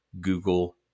Google